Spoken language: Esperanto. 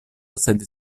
sed